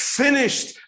finished